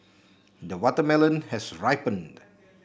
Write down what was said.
the watermelon has ripened